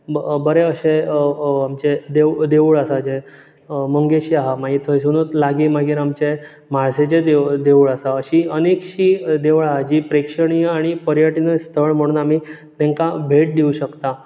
बरे अशें अ अ आमचें देवू देवूळ आसा जे मंगेशी आहा मागीर थंयसुनूच लागीं मागीर आमचें म्हाळशेचें देवूळ आसा अशी अनेकशीं देवळां आसा जी प्रेक्षणीय आनी पर्यटक स्थळ म्हणून आमी तेंका भेट दिवं शकता